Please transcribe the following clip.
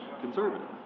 conservative